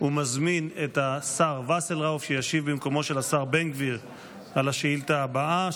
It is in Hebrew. ומזמין את השר וסרלאוף שישיב במקומו של השר בן גביר על השאילתה הבאה,